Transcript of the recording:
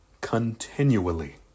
continually